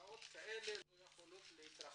עסקאות כאלה יכולות להתרחש.